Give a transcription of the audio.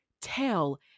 tell